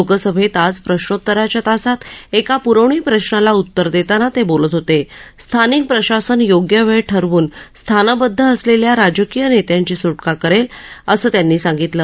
लोकसभप्र आज प्रश्नोतराच्या तासात एका प्रवणी प्रश्नाला उतर दप्राना तप्रबोलत होत स्थानिक प्रशासन योग्य वळ ठरवून स्थानबदद असल स्था राजकीय नप्यांची स्टका करब्र असं त्यांनी सांगितलं